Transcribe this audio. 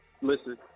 listen